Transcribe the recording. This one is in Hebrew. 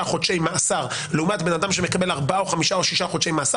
חודשי מאסר לעומת בן אדם שמקבל ארבעה או חמישה או שישה חודשי שירות,